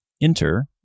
Enter